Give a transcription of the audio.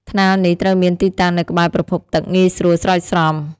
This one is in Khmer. ថ្នាលនេះត្រូវមានទីតាំងនៅក្បែរប្រភពទឹកងាយស្រួលស្រោចស្រព។